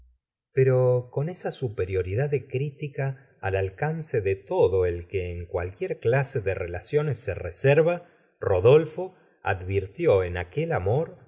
pero con esa superioridad de crítica al alcance ds todo el que en cualquier clase de relaciones se reserva rodolfo advirtió en aquel amor